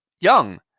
young